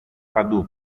παντού